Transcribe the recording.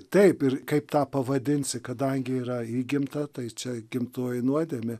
taip ir kaip tą pavadinsi kadangi yra įgimta tai čia gimtoji nuodėmė